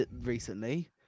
recently